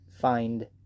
find